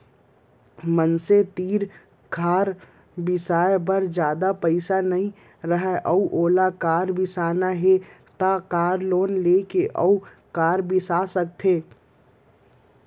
मनसे तीर कार बिसाए बर जादा पइसा नइ राहय अउ ओला कार बिसाना हे त कार लोन लेके ओहा कार बिसा सकत हे